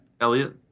Elliot